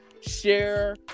Share